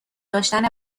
داشتن